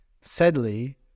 sadly